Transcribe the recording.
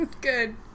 Good